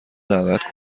دعوت